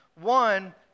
One